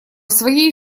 своей